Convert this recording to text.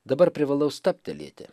dabar privalau stabtelėti